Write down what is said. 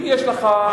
אם יש לך גידול,